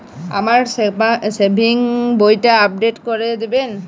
আমার সেভিংস বইটা আপডেট করে দেবেন?